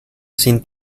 sin